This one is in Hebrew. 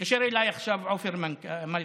התקשר אליי עכשיו עופר מלכה,